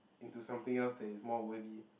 into something else that is more worthy